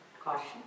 Caution